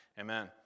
Amen